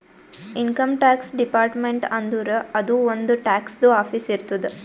income tax department ಅಂದುರ್ ಅದೂ ಒಂದ್ ಟ್ಯಾಕ್ಸದು ಆಫೀಸ್ ಇರ್ತುದ್